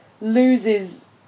loses